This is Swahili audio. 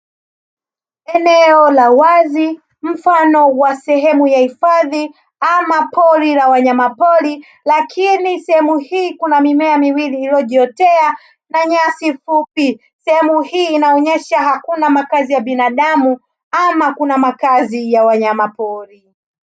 Eneo la wazi mfano wa sehemu ya hifadhi ama pori la wanyamapori, lakini sehemu hii kuna mimea miwili iliyojiotea na nyasi fupi. Sehemu hii inaonyesha hakuna makazi ya binadamu ama kuna makazi ya wanyamapori.